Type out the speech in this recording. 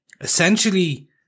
essentially